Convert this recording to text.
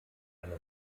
eine